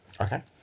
Okay